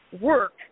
work